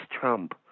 Trump